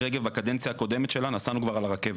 רגב נסענו בקדנציה הקודמת שלה ברכבת,